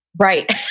Right